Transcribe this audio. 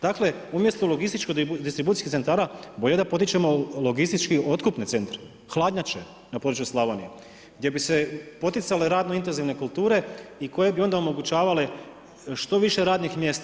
Dakle, umjesto logističko-distribucijskih centara bolje da potičemo logistički-otkupne centre, hladnjače na području Slavonije gdje bi se poticale razne intenzivne kulture i koje bi onda omogućavale što više radnih mjesta.